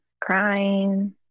crying